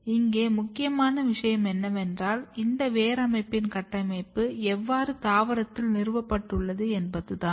இங்கே முக்கியமான விஷயம் என்னவென்றால் இந்த வேரமைப்பின் கட்டமைப்பு எவ்வாறு தாவரத்தில் நிறுவப்பட்டுள்ளது என்பதுதான்